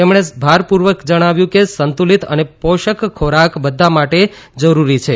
તેમણે ભારપૂર્વક જણાવ્યું કે સંતુલિત અને પોષક ખોરાક બધા માટે ખૂબ જ જરૂરી છે